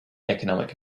economic